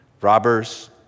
robbers